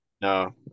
no